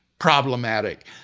Problematic